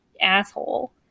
asshole